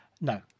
No